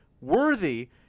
worthy